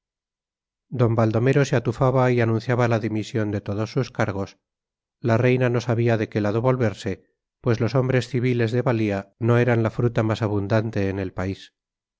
d baldomero se atufaba y anunciaba la dimisión de todos sus cargos la reina no sabía de qué lado volverse pues los hombres civiles de valía no eran la fruta más abundante en el país